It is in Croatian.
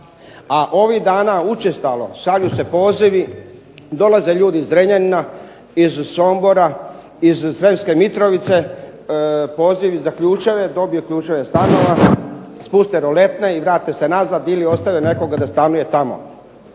A ovih dana učestalo šalju se pozivi, dolaze ljudi iz Drenjanina, iz Sombora, iz Sremske Mitrovice, pozivi za ključeve, dobije ključeve stanova, spuste roletne i vrate se nazad ili ostave nekoga da stanuje tamo.